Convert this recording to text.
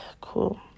Cool